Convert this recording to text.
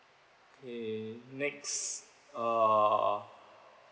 okay next uh